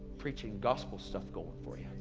preaching gospel stuff going for you?